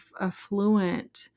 affluent